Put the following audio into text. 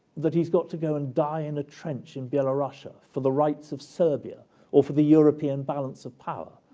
that he's got to go and die in a trench in belorussia for the rights of serbia or for the european balance of power.